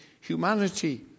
humanity